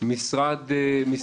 המשפטים -- בבקשה.